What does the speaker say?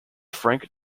frank